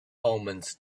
omens